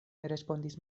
respondis